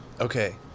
Okay